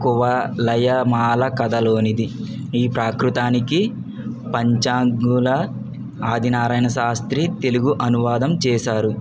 కోవ లయా మాల కథలోనిది ఈ ప్రాకృతానికి పంచాగ్నుల ఆదినారాయణ శాస్త్రి తెలుగు అనువాదం చేసారు